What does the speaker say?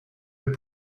fait